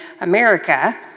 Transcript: America